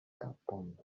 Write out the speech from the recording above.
kapon